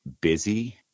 busy